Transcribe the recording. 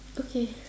okay